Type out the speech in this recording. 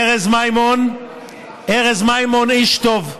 ארז מימון איש טוב,